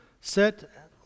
set